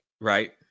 Right